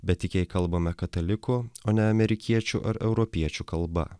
bet tik jei kalbame katalikų o ne amerikiečių ar europiečių kalba